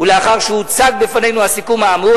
ולאחר שהוצג בפנינו הסיכום האמור,